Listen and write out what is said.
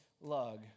lug